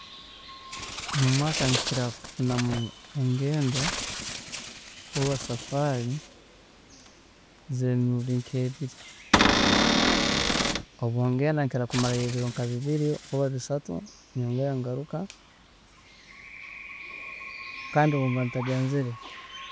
Mumwaaka nkira kufunamu engeendo oba safari zemirundi nk'ebire, obu ngenda nkira kumarayo ebiro nka bibiri oba bisatu nyongera ngaruka kandi obumba ntagenzire